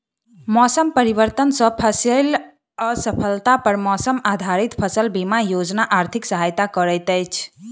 मौसम परिवर्तन सॅ फसिल असफलता पर मौसम आधारित फसल बीमा योजना आर्थिक सहायता करैत अछि